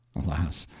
alas!